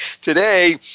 Today